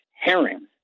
Herring